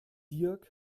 dirk